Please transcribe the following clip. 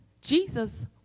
Jesus